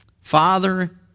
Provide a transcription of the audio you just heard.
Father